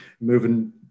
Moving